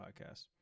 podcast